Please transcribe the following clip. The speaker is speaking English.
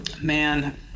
Man